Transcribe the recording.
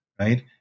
right